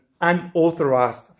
unauthorized